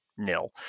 nil